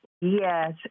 Yes